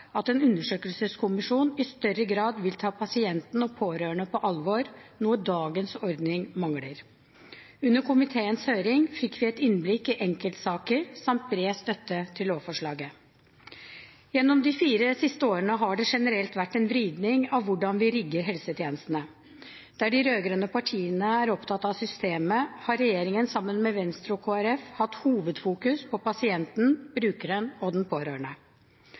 at en undersøkelseskommisjon i større grad vil ta pasienten og pårørende på alvor, noe dagens ordninger mangler. Under komiteens høring fikk vi et innblikk i enkeltsaker, samt bred støtte til lovforslaget. Gjennom de fire siste årene har det generelt vært en vridning av hvordan vi rigger helsetjenestene. Der de rød-grønne partiene er opptatt av systemet, har regjeringen sammen med Venstre og Kristelig Folkeparti hovedsakelig fokusert på pasienten, brukeren og den pårørende.